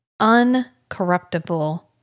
uncorruptible